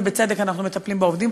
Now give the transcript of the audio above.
ובצדק אנחנו מטפלים בעובדים,